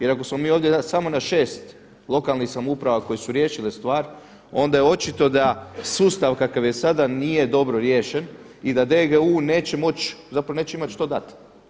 Jer ako smo mi ovdje samo na 6 lokalnih samouprava koje su riješile stvar, onda je očito da sustav kakav je sada nije dobro riješen i da DGU neće moći, zapravo neće imati šta dati.